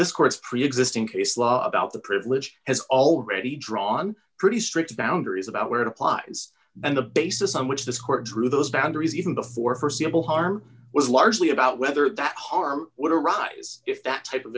this course preexisting case law about the privileged has already drawn pretty strict boundaries about where it applies and the basis on which this court threw those boundaries even before forseeable harm was largely about whether that harm would arise if that type of